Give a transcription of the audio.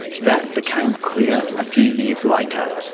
that became clear a few years later,